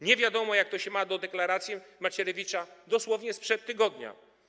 Nie wiadomo, jak to się ma do deklaracji Macierewicza dosłownie sprzed tygodnia.